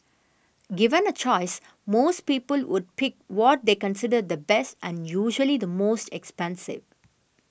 given a choice most people would pick what they consider the best and usually the most expensive